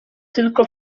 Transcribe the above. tylko